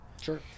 sure